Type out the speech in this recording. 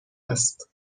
است